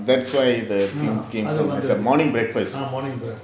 that's way the thinking is err morning breakfast